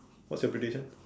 what is your prediction